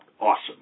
awesome